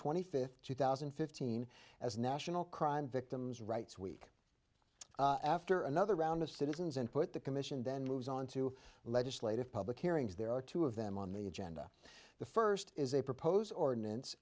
twenty fifth two thousand and fifteen as national crime victims rights week after another round of citizens and put the commission then moves on to legislative public hearings there are two of them on the agenda the first is a proposed ordinance